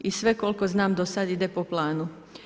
I sve koliko znam do sada ide po planu.